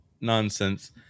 nonsense